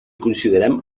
considerem